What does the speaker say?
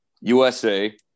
USA